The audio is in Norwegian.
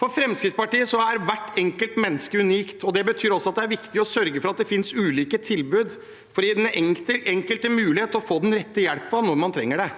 For Fremskrittspartiet er hvert enkelt menneske unikt. Det betyr at det er viktig å sørge for at det finnes ulike tilbud for å gi den enkelte mulighet til å få den rette hjelpen når man trenger det.